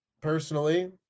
personally